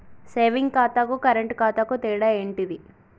Saving ఖాతాకు current ఖాతాకు తేడా ఏంటిది?